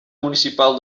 municipal